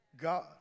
God